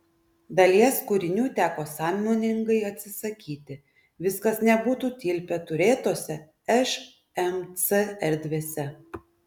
dalies kūrinių teko sąmoningai atsisakyti viskas nebūtų tilpę turėtose šmc erdvėse